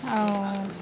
ଆଉ